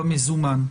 במזומן.